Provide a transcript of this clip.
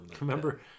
Remember